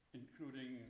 including